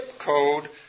code